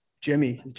Jimmy